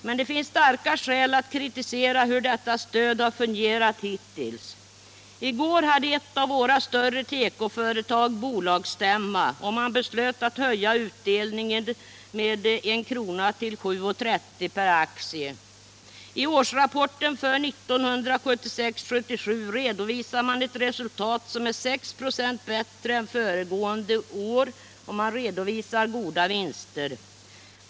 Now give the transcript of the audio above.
Men det finns starka skäl att kritisera det sätt på vilket detta stöd fungerat hittills. I går hade ett av våra större tekoföretag bolagsstämma, och man beslöt att höja utdelningen med 1 krona till 7:30 kr. per aktie. I årsrapporten för 1976/77 redovisar man ett resultat som är 6 96 bättre än föregående år, och man redovisar höga vinster.